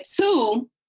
two